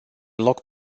loc